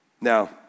now